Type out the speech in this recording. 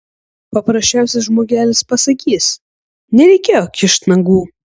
paprasčiausias žmogelis pasakys nereikėjo kišt nagų